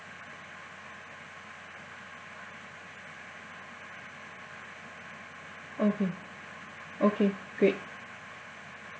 okay okay great